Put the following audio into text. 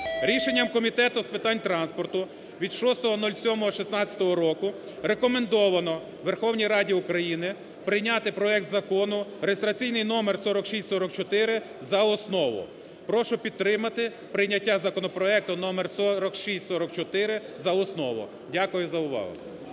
Рішенням Комітету з питань транспорту від 06.07.16 року рекомендовано Верховній Раді України прийняти проект Закону (реєстраційний номер 4644) за основу. Прошу підтримати прийняття законопроекту номер 4644 за основу. Дякую за увагу.